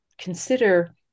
consider